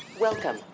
Welcome